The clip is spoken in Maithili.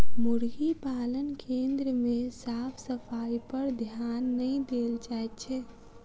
मुर्गी पालन केन्द्र मे साफ सफाइपर ध्यान नै देल जाइत छै